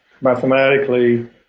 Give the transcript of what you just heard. mathematically